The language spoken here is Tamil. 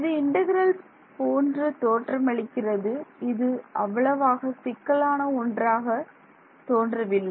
இது இன்டெக்ரல் போன்று தோற்றமளிக்கிறது இது அவ்வளவாக சிக்கலான ஒன்றாக தோன்றவில்லை